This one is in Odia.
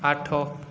ଆଠ